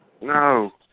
No